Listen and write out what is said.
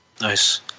Nice